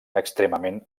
extremament